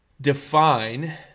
define